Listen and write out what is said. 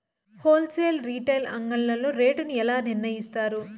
Whole sale retail అంగడ్లలో rate ను ఎలా నిర్ణయిస్తారు యిస్తారు?